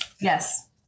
yes